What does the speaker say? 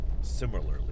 similarly